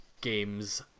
games